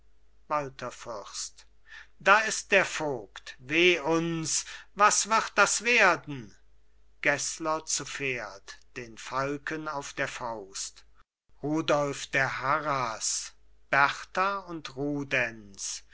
da ist der vogt weh uns was wird das werden gessler zu pferd den falken auf der faust rudolf der harras berta und